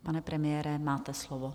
Pane premiére, máte slovo.